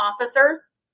officers